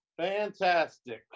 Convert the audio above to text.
Fantastic